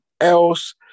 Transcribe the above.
else